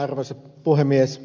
arvoisa puhemies